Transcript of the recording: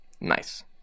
Nice